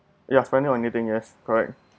ya frankly on anything yes correct